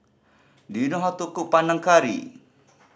do you know how to cook Panang Curry